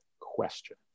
question